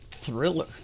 thriller